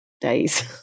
days